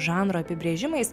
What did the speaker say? žanro apibrėžimais